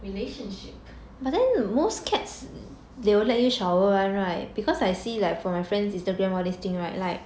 relationship